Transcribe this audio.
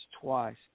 twice